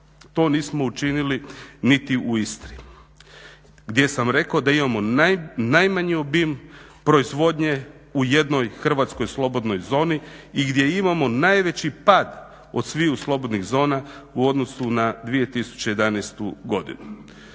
to nismo učinili niti u Istri gdje sam rekao da imamo najmanji obim proizvodnje u jednoj hrvatskoj slobodnoj zoni i gdje imamo najveći pad od sviju slobodnih zona u odnosu na 2011.godinu.